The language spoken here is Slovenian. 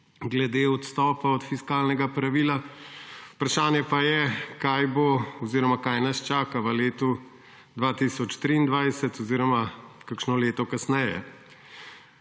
glede odstopa od fiskalnega pravila. Vprašanje pa je, kaj nas čaka v letu 2023 oziroma kakšno leto kasneje.